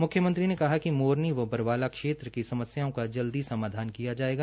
मुख्यमंत्री ने कहा कि मोरनी व बरवाला क्षेत्र की समस्याओं का जल्दी समाधान किया जायेगा